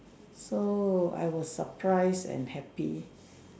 so I was surprised and happy